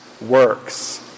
works